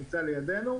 אני רוצה